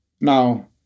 Now